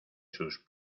sus